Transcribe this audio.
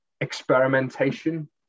experimentation